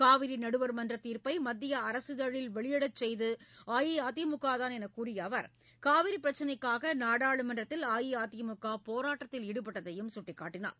காவிரி நடுவர்மன்றத் தீர்ப்பை மத்திய அரசிதழில் வெளியிடச் செய்தது அஇஅதிமுகதான் என்று கூறிய அவர் காவிரி பிரச்னைக்காக நாடாளுமன்றத்தில் அஇஅதிமுக போராட்டத்தில் ஈடுபட்டதையும் சுட்டிக்காட்டினார்